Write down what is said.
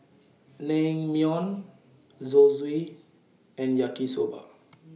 Naengmyeon Zosui and Yaki Soba